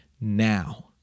now